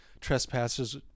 trespassers